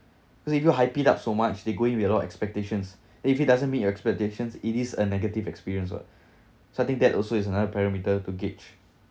cause if you hype it up so much there going to be a lot expectations if it doesn't meet your expectations it is a negative experience what so I think that also is another perimeter to gauge